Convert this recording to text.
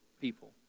people